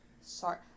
sorry